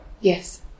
Yes